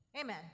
Amen